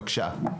בבקשה .